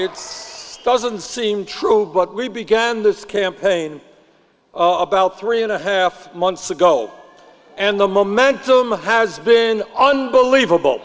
isn't seem true but we began this campaign oh about three and a half months ago and the momentum has been unbelievable